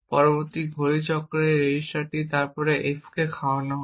পরবর্তী ঘড়ি চক্রে এই রেজিস্টারটি তারপর F কে খাওয়ানো হয়